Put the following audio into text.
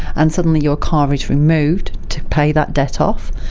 and suddenly your car is removed to pay that debt off.